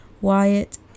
Wyatt